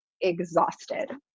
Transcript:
exhausted